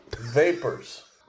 Vapors